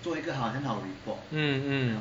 mm mm